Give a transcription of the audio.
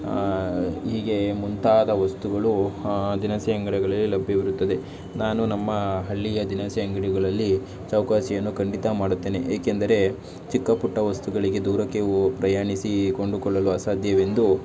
ಹೀಗೆ ಮುಂತಾದ ವಸ್ತುಗಳು ದಿನಸಿ ಅಂಗಡಿಗಳಲ್ಲಿ ಲಭ್ಯವಿರುತ್ತದೆ ನಾನು ನಮ್ಮ ಹಳ್ಳಿಯ ದಿನಸಿ ಅಂಗಡಿಗಳಲ್ಲಿ ಚೌಕಾಸಿಯನ್ನು ಖಂಡಿತ ಮಾಡುತ್ತೇನೆ ಏಕೆಂದರೆ ಚಿಕ್ಕ ಪುಟ್ಟ ವಸ್ತುಗಳಿಗೆ ದೂರಕ್ಕೆ ಹೊ ಪ್ರಯಾಣಿಸಿ ಕೊಂಡುಕೊಳ್ಳಲು ಅಸಾಧ್ಯವೆಂದು